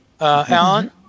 Alan